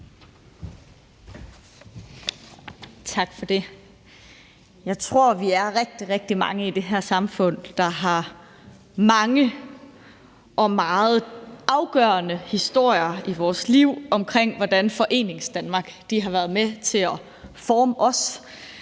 Tak for det. Jeg tror, vi er rigtig, rigtig mange i det her samfund, der har mange og meget afgørende historier i vores liv omkring, hvordan Foreningsdanmark har været med til at forme os,